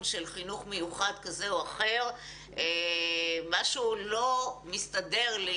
של חינוך מיוחד כזה או אחר ומשהו לא מסתדר לי.